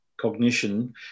cognition